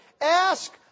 ask